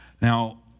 Now